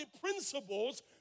principles